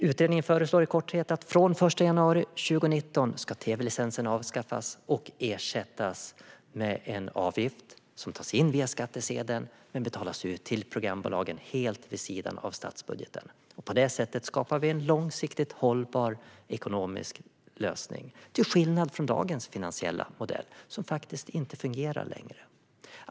Utredningen föreslår i korthet att tv-licensen från den 1 januari 2019 ska avskaffas och ersättas med en avgift som tas in via skattsedeln men betalas ut till programbolagen helt vid sidan av statsbudgeten. På det sättet skapar vi en långsiktigt hållbar ekonomisk lösning, till skillnad från dagens finansiella modell, som faktiskt inte fungerar längre.